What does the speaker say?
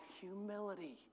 humility